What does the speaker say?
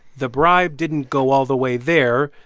the bribe didn't go all the way there.